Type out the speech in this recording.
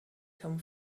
come